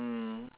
mm